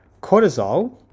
Cortisol